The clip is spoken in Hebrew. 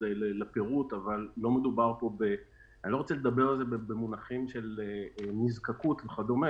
אני לא רוצה לדבר על זה במונחים של נזקקות וכדומה,